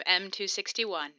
M261